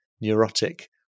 neurotic